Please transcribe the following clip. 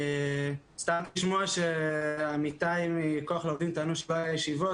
הצטערתי לשמוע שעמיתיי מכוח לעובדים שלא היו ישיבות.